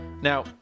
Now